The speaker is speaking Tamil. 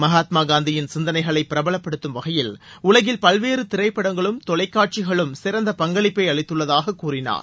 மகாத்மாக காந்தியின் சிந்தனைகளை பிரபலப்படுத்தம் வகையில் உலகில் பல்வேறு திரைப்படங்களும் தொலைக்காட்சிகளும் சிறந்த பங்களிப்பை அளித்துள்ளாக கூறினார்